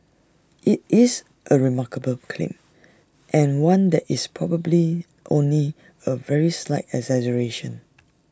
IT is A remarkable claim and one that is probably only A very slight exaggeration